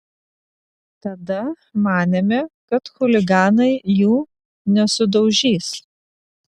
tada manėme kad chuliganai jų nesudaužys